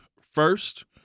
first